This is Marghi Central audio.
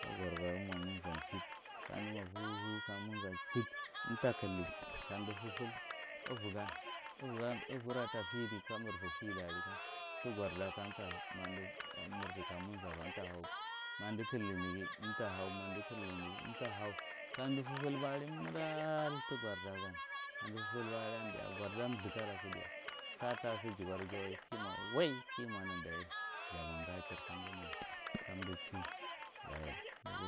Uganda amo manzanchid kandi mo vow, vow ka momunzachit umta killi kandi fefel uvagan uvaghira tape yadi kamirva fadigan thira garda kamtahau mamdi mirdi manzako ko umta hae mandi keli neghi umfo hau, ma umdi kily naghi umta thau kamdi fefel baa li thai garda yan kandi fefel ba aliyan diya garda umthgh kaua kudiya, satasi jigor ijawai kimo wai kimodan dachi jamo gahchir kam umgha che dachi